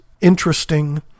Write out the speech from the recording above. interesting